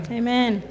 amen